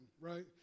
right